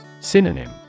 Synonym